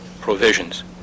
provisions